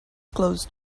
closed